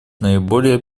наиболее